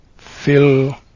Fill